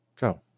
Go